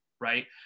right